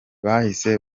bahise